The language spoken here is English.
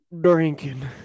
drinking